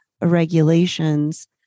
regulations